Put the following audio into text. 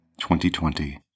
2020